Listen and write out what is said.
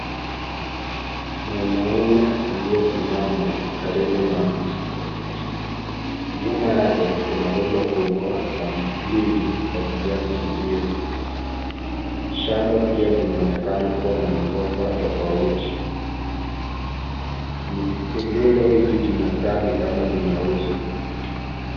Mwanaume aliyesimama karibu na mti. Nyuma yake kuna rundo kubwa la ndizi za kijani kibichi. Shamba pia linaonekana kuwa na migomba tofauti. Rundo hili linakaa ni kama linauzwa.